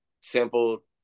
simple